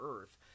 earth